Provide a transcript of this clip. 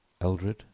Eldred